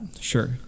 Sure